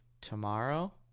Tomorrow